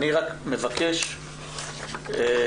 אני מבקש עדכון מהאוצר ומאיגוד העובדות הסוציאליות מחר,